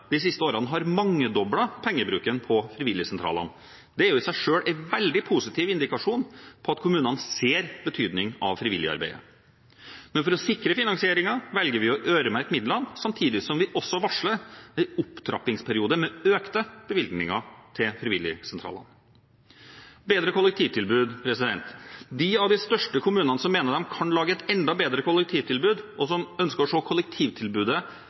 de siste årene har mangedoblet pengebruken til frivilligsentralene. Det er jo i seg selv en veldig positiv indikasjon på at kommunene ser betydningen av frivilligarbeidet. Men for å sikre finansieringen velger vi å øremerke midlene, samtidig som vi også varsler en opptrappingsperiode med økte bevilgninger til frivilligsentralene. Bedre kollektivtilbud: De av de største kommunene som mener de kan lage et enda bedre kollektivtilbud, og som ønsker å se kollektivtilbudet